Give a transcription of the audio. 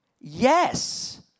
yes